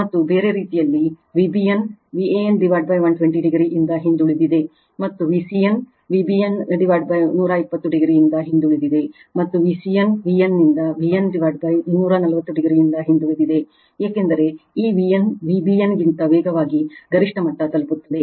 ಮತ್ತು ಬೇರೆ ರೀತಿಯಲ್ಲಿ Vbn Van 120 o ಇಂದ ಹಿಂದುಳಿದಿದೆ ಮತ್ತು Vcn Vbn 120 o ಇಂದ ಹಿಂದುಳಿದಿದೆ ಮತ್ತು Vcn V n ನಿಂದ V n 240 o ಇಂದ ಹಿಂದುಳಿದಿದೆ ಏಕೆಂದರೆ ಈ V n Vbn ಗಿಂತ ವೇಗವಾಗಿ ಗರಿಷ್ಠ ಮಟ್ಟ ತಲುಪುತ್ತದೆ